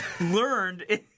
learned